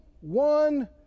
one